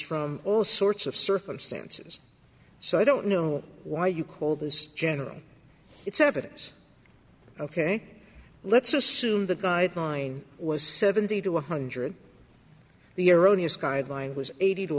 from all sorts of circumstances so i don't know why you call this general it's evidence ok let's assume the guideline was seventy to one hundred the erroneous guideline was eighty to